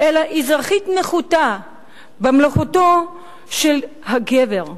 אלא אזרחית נחותה בממלכתו של הגבר.